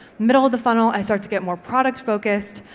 middle of the funnel, i start to get more product-focused,